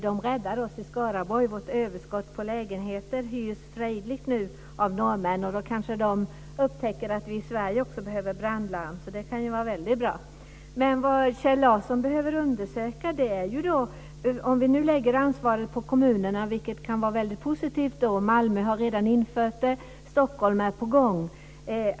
De räddade oss i Skaraborg mot överskott på lägenheter, som nu hyrs frejdigt av norrmän. Då kanske de upptäcker att vi behöver brandlarm i Sverige också, så det kan ju vara väldigt bra! Kjell Larsson behöver undersöka en sak. Det kan vara positivt om vi nu lägger ansvaret på kommunerna. Malmö har redan infört det, och Stockholm är på gång.